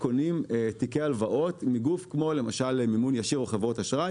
קונים תיקי הלוואות מגוף כמו למשל מימון ישיר או חברות אשראי.